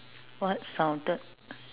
what sounded